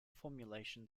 formulation